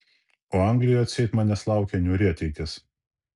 o anglijoje atseit manęs laukia niūri ateitis